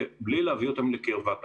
בלי להביא אותם לקרבת החוף.